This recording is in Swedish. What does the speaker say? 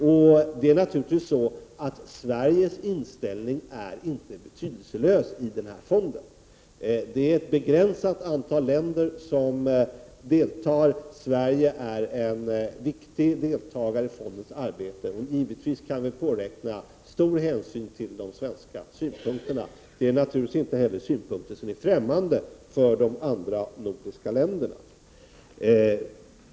Sveriges inställning är naturligtvis inte betydelselös i fonden. Det är ett begränsat antal länder som deltar. Sverige är en viktig deltagare i fondens arbete, och givetvis kan vi påräkna stor hänsyn till de svenska synpunkterna. Det är naturligtvis inte heller synpunkter som är främmande för de andra nordiska länderna.